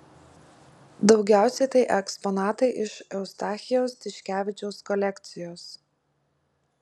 daugiausiai tai eksponatai iš eustachijaus tiškevičiaus kolekcijos